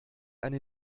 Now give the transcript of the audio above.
eine